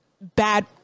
bad